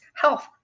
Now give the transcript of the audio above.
health